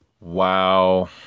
Wow